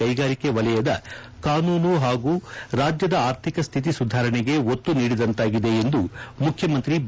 ಕೈಗಾರಿಕೆ ವಲಯದ ಕಾನೂನು ಹಾಗೂ ರಾಜ್ಯದ ಅರ್ಥಿಕ ಸ್ಥಿತಿ ಸುಧಾರಣೆಗೆ ಒತ್ತು ನೀಡಿದಂತಾಗಿದೆ ಎಂದು ಮುಖ್ಯಮಂತ್ರಿ ಬಿ